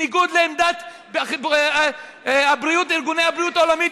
בניגוד לעמדת ארגוני הבריאות העולמית,